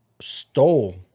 stole